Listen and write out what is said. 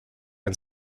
and